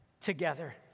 together